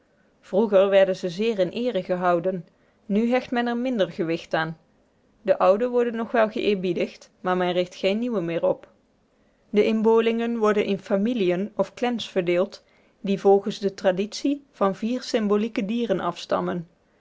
vroeger werden ze zeer in eere gehouden nu hecht men er minder gewicht aan de oude worden nog wel geëerbiedigd maar men richt geen nieuwe meer op de inboorlingen worden in familiën of clans verdeeld die volgens de traditie van vier symbolieke dieren afstammen